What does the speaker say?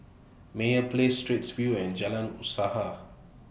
Meyer Place Straits View and Jalan Usaha